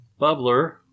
bubbler